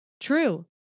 true